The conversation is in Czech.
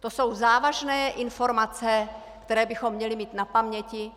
To jsou závažné informace, které bychom měli mít na paměti,